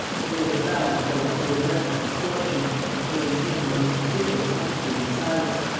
that he had to bow before that daubrecq of misfortune and maintain the most ridiculous attitude in silence.